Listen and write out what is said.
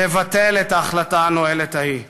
לבטל את ההחלטה הנואלת ההיא,